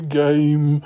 game